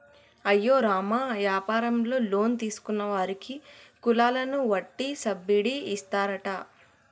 అయ్యో రామ యాపారంలో లోన్ తీసుకున్న వారికి కులాలను వట్టి సబ్బిడి ఇస్తారట